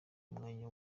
umwanya